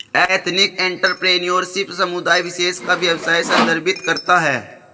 ethnic entrepreneurship समुदाय विशेष का व्यवसाय संदर्भित करता है